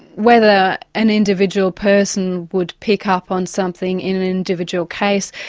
whether an individual person would pick up on something in an individual case,